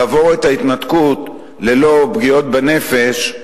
לעבור את ההתנתקות ללא פגיעות בנפש,